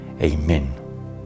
Amen